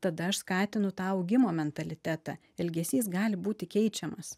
tada aš skatinu tą augimo mentalitetą elgesys gali būti keičiamas